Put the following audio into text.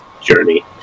journey